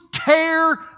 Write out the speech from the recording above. Tear